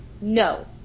No